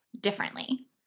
differently